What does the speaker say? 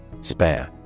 Spare